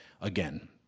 again